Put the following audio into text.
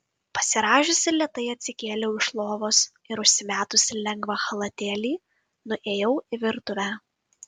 pasirąžiusi lėtai atsikėliau iš lovos ir užsimetusi lengvą chalatėlį nuėjau į virtuvę